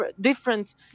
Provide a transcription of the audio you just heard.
difference